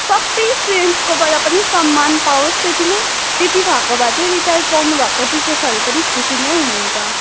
सबै स्टुडेन्सकोबाट पनि सम्मान पाओस् त्यत्ति नै त्यत्ति भएको भए चाहिँ रिटायर पाउनुभएको टिचर्सहरू पनि खुसी नै हुनुहुन्छ